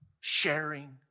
sharing